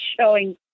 showing